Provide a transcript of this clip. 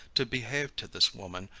to behave to this woman,